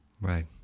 Right